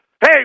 hey